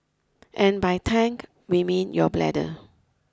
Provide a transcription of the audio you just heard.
and by tank we mean your bladder